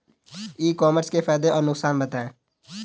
ई commerce के फायदे और नुकसान बताएँ?